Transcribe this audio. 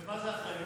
ומה זה אחריות?